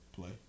Play